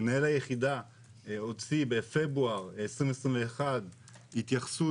מנהל היחידה הוציא בפברואר 2021 התייחסות,